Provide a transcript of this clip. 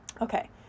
Okay